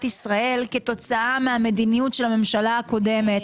ישראל כתוצאה מהמדיניות של הממשלה הקודמת,